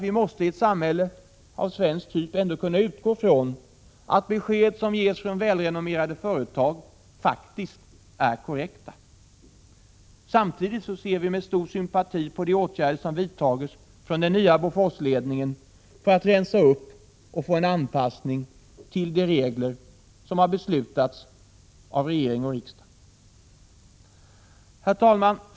Vi måste i ett samhälle av svensk typ ändå kunna utgå från att besked som ges från välrenommerade företag faktiskt är korrekta. Samtidigt ser vi med stor sympati på de åtgärder som vidtagits från den nya Boforsledningen för att rensa upp och åstadkomma en anpassning till de regler som har beslutats av regering och riksdag. Herr talman!